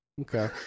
Okay